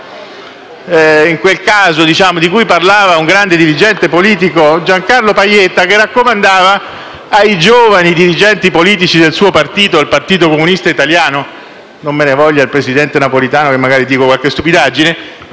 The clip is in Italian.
in quel caso di cui parlava un grande dirigente politico, Giancarlo Pajetta, che diceva ai giovani dirigenti politici del suo partito, il Partito comunista italiano (non me ne voglia il presidente Napolitano, magari dico qualche stupidaggine),